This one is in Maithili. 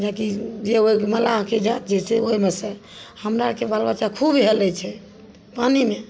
जे की जे ओ मल्लाहके जाति जे छै ओइमे से हमरा अरके बाल बच्चा खूब हेलय छै पानिमे